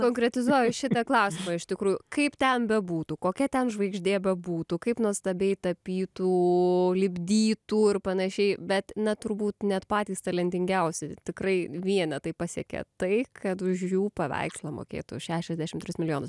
konkretizuoju šitą klausimą iš tikrųjų kaip ten bebūtų kokia ten žvaigždė bebūtų kaip nuostabiai tapytų lipdytų ir panašiai bet na turbūt net patys talentingiausi tikrai vienetai pasiekia tai kad už jų paveikslą mokėtų šešiasdešim tris milijonus